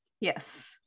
yes